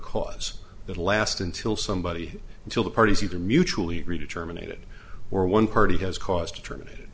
cause that last until somebody until the parties either mutually agree to terminated or one party has caused terminated